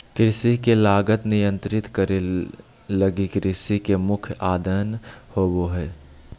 कृषि के लागत नियंत्रित करे लगी कृषि के मुख्य आदान होबो हइ